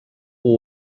who